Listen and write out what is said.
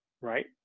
right